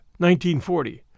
1940